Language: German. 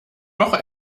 doch